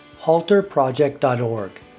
halterproject.org